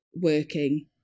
working